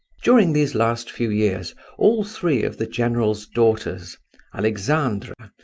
during these last few years all three of the general's daughters alexandra,